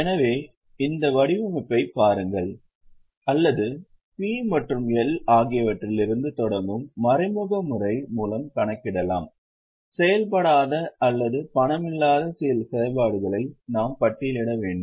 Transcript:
எனவே இந்த வடிவமைப்பைப் பாருங்கள் அல்லது P மற்றும் L ஆகியவற்றிலிருந்து தொடங்கும் மறைமுக முறை மூலம் கணக்கிடலாம் செயல்படாத அல்லது பணமில்லாத சில செயல்பாடுகளை நாம் பட்டியலிட வேண்டும்